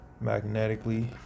magnetically